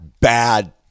bad